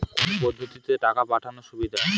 কোন পদ্ধতিতে টাকা পাঠানো সুবিধা?